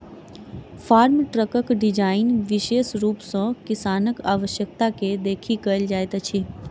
farm ट्रकक design विशेष रूप सॅ किसानक आवश्यकता के देखि कयल जाइत अछि